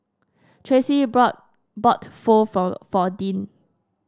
Tracy brought bought Pho for for Deann